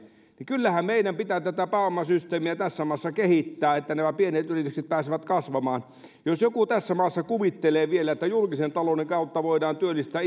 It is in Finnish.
kyllähän meidän pitää tätä pääomasysteemiä tässä maassa kehittää niin että nämä pienet yritykset pääsevät kasvamaan jos joku tässä maassa kuvittelee vielä että julkisen talouden kautta voidaan työllistää